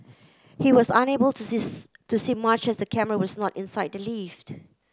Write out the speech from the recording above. he was unable to see to see much as the camera was not inside the lift